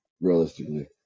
realistically